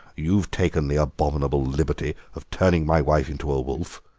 you've taken the abominable liberty of turning my wife into a wolf,